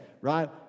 right